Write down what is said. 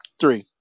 Three